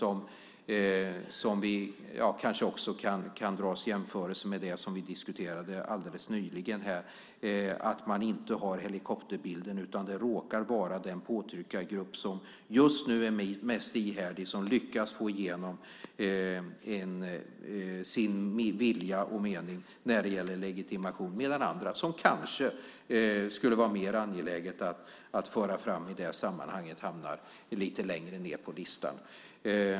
Det kanske vi kan jämföra med det som vi diskuterade alldeles nyligen, att man inte har helikopterbilden, utan det råkar vara den påtryckargrupp som är mest ihärdig som lyckas få igenom sin vilja och mening när det gäller legitimation. Då hamnar andra, som det kanske skulle vara mer angeläget att föra fram i det här sammanhanget, lite längre ned på listan.